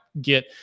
get